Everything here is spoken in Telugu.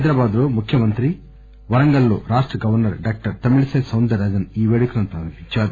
హైదరాబాద్ లో ముఖ్యమంత్రి వరంగల్ లో రాష్ట గవర్నర్ డాక్టర్ తమిళిసై సౌందరరాజన్ ఈ పేడుకలను ప్రారంభించారు